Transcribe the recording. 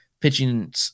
pitching